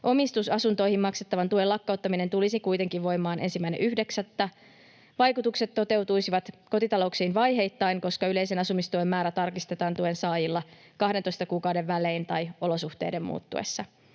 Omistusasuntoihin maksettavan tuen lakkauttaminen tulisi kuitenkin voimaan 1.9. Vaikutukset toteutuisivat kotitalouksiin vaiheittain, koska yleisen asumistuen määrä tarkistetaan tuensaajilla 12 kuukauden välein tai olosuhteiden muuttuessa.